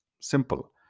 Simple